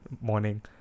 morning